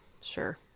sure